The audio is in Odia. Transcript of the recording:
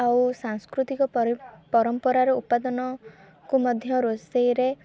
ଆଉ ସାଂସ୍କୃତିକ ପରମ୍ପରାର ଉପାଦାନ କୁ ମଧ୍ୟ ରୋଷେଇରେ